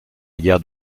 guerre